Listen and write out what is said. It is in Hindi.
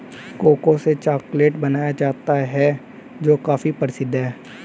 कोको से चॉकलेट बनाया जाता है जो काफी प्रसिद्ध है